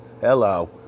hello